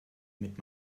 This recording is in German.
mit